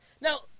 Now